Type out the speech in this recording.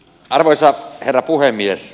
arvoisa herra puhemies